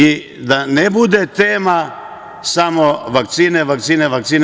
I da ne bude tema samo vakcine, vakcine.